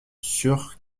sur